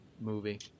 movie